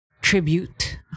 Tribute